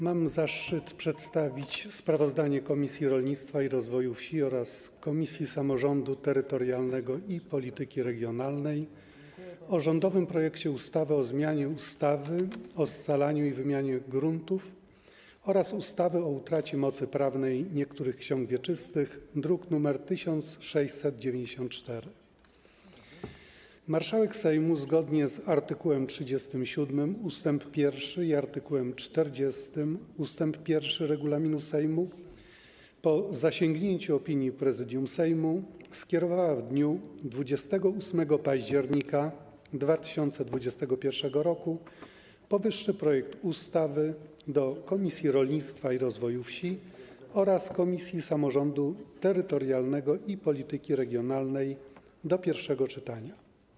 Mam zaszczyt przedstawić sprawozdanie Komisji Rolnictwa i Rozwoju Wsi oraz Komisji Samorządu Terytorialnego i Polityki Regionalnej o rządowym projekcie ustawy o zmianie ustawy o scalaniu i wymianie gruntów oraz ustawy o utracie mocy prawnej niektórych ksiąg wieczystych, druk nr 1694. Marszałek Sejmu, zgodnie z art. 37 ust. 1 i art. 40 ust. 1 regulaminu Sejmu, po zasięgnięciu opinii Prezydium Sejmu, w dniu 28 października 2021 r. skierowała powyższy projekt ustawy do Komisji Rolnictwa i Rozwoju Wsi oraz Komisji Samorządu Terytorialnego i Polityki Regionalnej do pierwszego czytania.